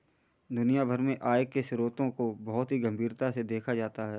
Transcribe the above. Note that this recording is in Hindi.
दुनिया भर में आय के स्रोतों को बहुत ही गम्भीरता से देखा जाता है